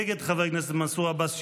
נגד חבר הכנסת מנסור עבאס,